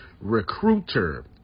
Recruiter